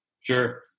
Sure